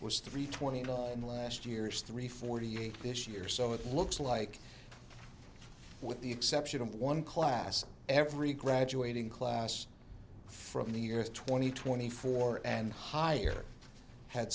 was three twenty and last year is three forty eight this year so it looks like with the exception of one class every graduating class from the years twenty twenty four and higher had